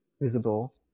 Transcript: visible